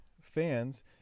fans